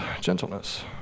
gentleness